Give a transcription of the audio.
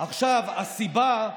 עכשיו, הסיבה,